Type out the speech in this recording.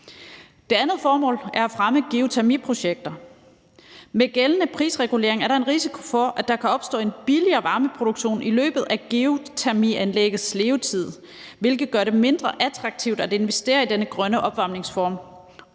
Det andet formål er at fremme geotermiprojekter. Med den gældende prisregulering er der en risiko for, at der kan opstå en billigere varmeproduktion i løbet af geotermianlæggets levetid, hvilket gør det mindre attraktivt at investere i denne grønne opvarmningsform.